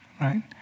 right